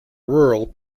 rural